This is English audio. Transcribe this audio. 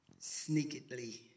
sneakily